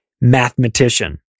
mathematician